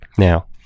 Now